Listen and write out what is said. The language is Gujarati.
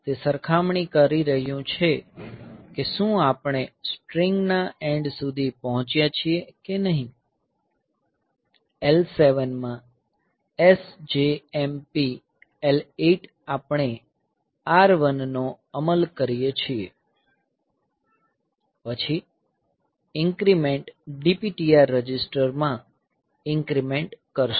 તે સરખામણી કરી રહ્યું છે કે શું આપણે સ્ટ્રીંગ ના એન્ડ સુધી પહોંચ્યા છીએ કે નહીં L7 માં SJMP L8 આપણે R1 નો અમલ કરીએ છીએ પછી INC DPTR રજિસ્ટર માં ઇન્ક્રીમેંટ કરશે